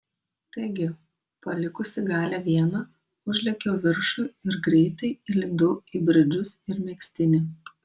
taigi palikusi galią vieną užlėkiau į viršų ir greitai įlindau į bridžus ir megztinį